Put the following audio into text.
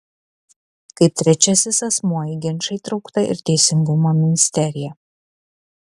kaip trečiasis asmuo į ginčą įtraukta ir teisingumo ministerija